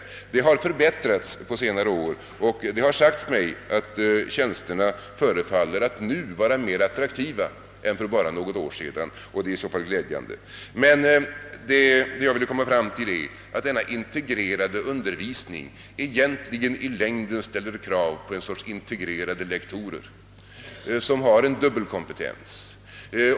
Förhållandena har förbättrats på senare år, och det har sagts mig att tjänsterna nu förefaller att vara mera attraktiva än för bara något år sedan, vilket i så fall är glädjande. Denna integrerade undervisning ställer emellertid i längden krav på en sorts integrerade lektorer som har dubbel kompetens.